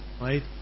Right